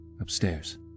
Upstairs